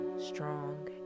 strong